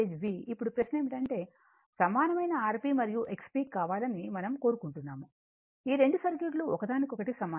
ఇప్పుడు ప్రశ్న ఏమిటంటే సమానమైన Rp మరియు XP కావాలని మనం కోరుకుంటున్నాము ఈ రెండు సర్క్యూట్లు ఒకదానికొకటి సమానం